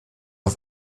auf